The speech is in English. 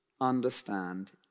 understand